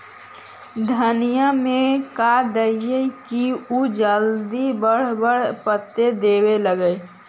धनिया में का दियै कि उ जल्दी बड़ा बड़ा पता देवे लगै?